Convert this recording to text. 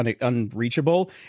unreachable